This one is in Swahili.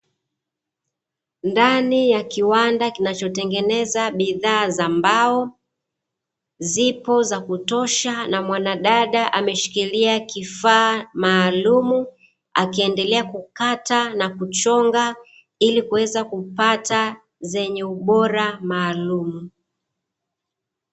Ndani ya kiwanda kinachotengeneza bidhaa za mbao, zipo za kutosha na mwanadada ameshikilia kifaa maalumu akiendelea kukata na kuchonga, ili kuweza kupata zenye ubora maalumu.